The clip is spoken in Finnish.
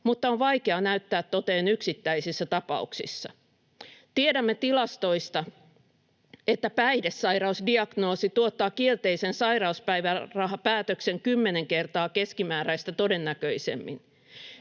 mutta on vaikea näyttää toteen yksittäisissä tapauksissa. Tiedämme tilastoista, että päihdesairausdiagnoosi tuottaa kielteisen sairauspäivärahapäätöksen kymmenen kertaa keskimääräistä todennäköisemmin.